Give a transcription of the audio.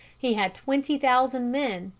he had twenty thousand men,